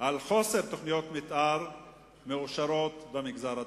של חוסר תוכניות מיתאר מאושרות במגזר הדרוזי.